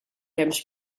hemmx